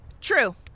True